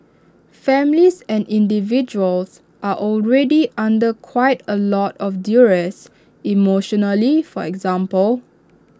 families and individuals are already under quite A lot of duress emotionally for example